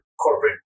corporate